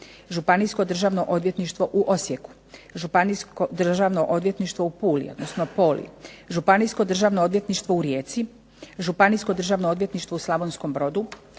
Županijsko državno odvjetništvo u Osijeku, Županijsko državno odvjetništvo u Puli odnosno Poli, Županijsko državno odvjetništvo u Rijeci, Županijsko državno odvjetništvo u Slavonskom Brodu,